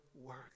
work